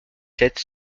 sept